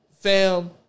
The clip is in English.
Fam